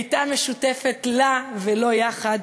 הייתה משותפת לה ולו יחד,